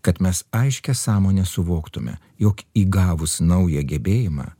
kad mes aiškia sąmone suvoktume jog įgavus naują gebėjimą